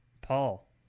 Paul